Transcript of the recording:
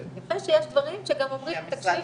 יפה שיש דברים שגם אומרים תקשיבו,